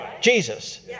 Jesus